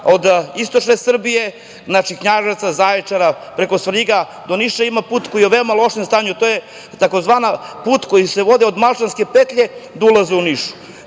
iz istočne Srbije, znači, Knjaževca, Zaječara, preko Svrljiga do Niša. Imamo put koji je u veoma lošem stanju. To je tzv. put koji se vodi od Malčanske petlje do ulaza u Niš.